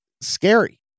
scary